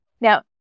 now